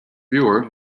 viewer